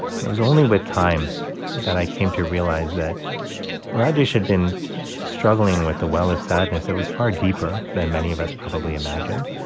and it was only with time that i came to realize that rajesh had been struggling with a well of sadness that was far deeper than many of us probably imagined.